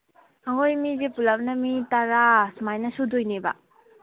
ꯑꯩꯈꯣꯏ ꯃꯤꯁꯦ ꯄꯨꯂꯞꯅ ꯃꯤ ꯇꯔꯥ ꯁꯨꯃꯥꯏꯅ ꯁꯨꯗꯣꯏꯅꯦꯕ